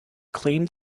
claim